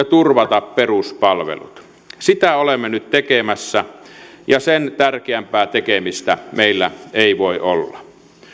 turvata peruspalvelut sitä olemme nyt tekemässä ja sen tärkeämpää tekemistä meillä ei voi olla